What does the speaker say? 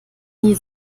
nie